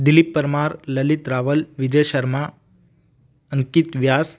Dilip Parmar Lalit Rawal Vijay Sharma Ankit Vyas